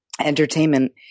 entertainment